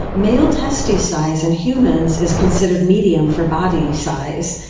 male testes size in humans is considered medium for body size.